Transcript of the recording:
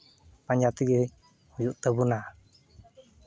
ᱯᱟᱸᱡᱟ ᱛᱮᱜᱮ ᱦᱩᱭᱩᱜ ᱛᱟᱵᱚᱱᱟ